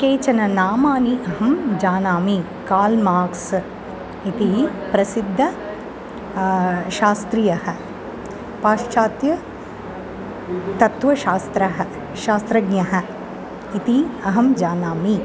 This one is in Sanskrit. केचन नामानि अहं जानामि काल्माक्स् इति प्रसिद्धः शास्त्रीयः पाश्चात्यतत्त्वशास्त्रः शास्त्रज्ञः इति अहं जानामि